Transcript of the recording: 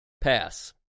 Pass